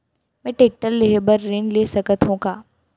मैं टेकटर लेहे बर ऋण ले सकत हो का?